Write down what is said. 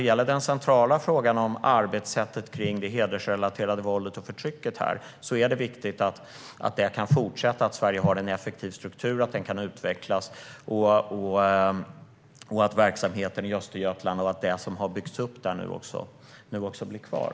Men den centrala frågan gäller arbetssättet kring det hedersrelaterade våldet och förtrycket. Det är viktigt att det kan fortsätta, att Sverige har en effektiv struktur och att den kan utvecklas och att verksamheten i Östergötland och det som har byggts upp där nu också blir kvar.